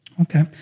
Okay